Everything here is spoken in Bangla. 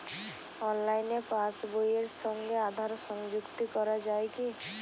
অনলাইনে পাশ বইয়ের সঙ্গে আধার সংযুক্তি করা যায় কি?